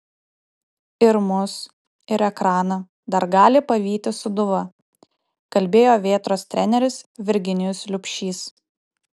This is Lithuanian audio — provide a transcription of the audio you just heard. ir mus ir ekraną dar gali pavyti sūduva kalbėjo vėtros treneris virginijus liubšys